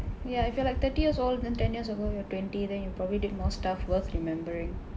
ya if you're like thirty years old then ten years ago you are twenty then you probably did more stuff worth remembering